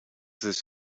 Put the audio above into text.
this